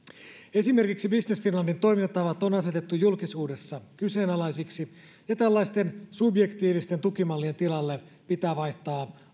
esimerkiksi business finlandin toimintatavat on asetettu julkisuudessa kyseenalaisiksi ja tällaisten subjektiivisten tukimallien tilalle pitää vaihtaa